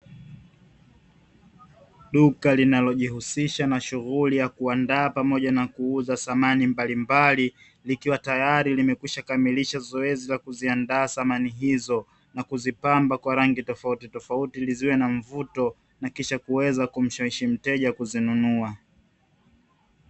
Duka linalojihusisha na shughuli ya kuandaa pamoja na kuuza samani mbalimbali, likiwa tayari limekamilisha zoezi la kuziandaa samani hizo, na kuzipamba kwa rangi tofautitofauti ili ziwe na mvuto, na kisha kuweza kumshawishi mteja kuzinunua.